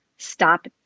stop